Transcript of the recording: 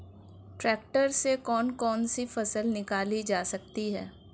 Tractor से कौन कौनसी फसल निकाली जा सकती हैं?